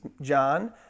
John